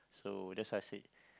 so that's why I said